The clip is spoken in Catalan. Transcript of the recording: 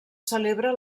celebra